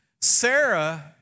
Sarah